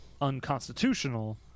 unconstitutional